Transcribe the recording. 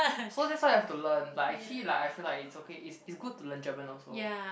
so that's why you have to learn but actually like I feel like it's okay it's it's good to learn German also